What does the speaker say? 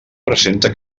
presenta